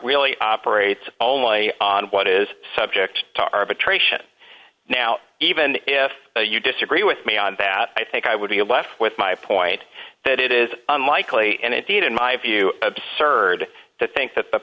really operates only on what is subject to arbitration now even if you disagree with me on bad i think i would be a blast with my point that it is unlikely and it did in my view absurd to think that the